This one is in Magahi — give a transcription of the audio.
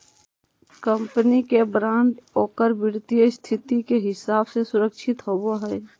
कंपनी के बॉन्ड ओकर वित्तीय स्थिति के हिसाब से सुरक्षित होवो हइ